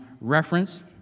reference